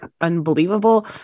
unbelievable